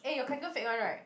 eh your kanken fake one right